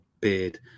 beard